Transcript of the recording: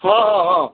ହଁ ହଁ ହଁ